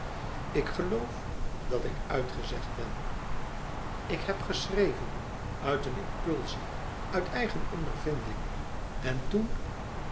ik geloof dat ik uitgezegd ben ik heb geschreven uit een impulsie uit eigen ondervinding en toen